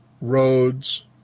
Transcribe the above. roads